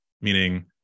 meaning